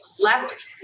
left